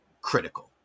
critical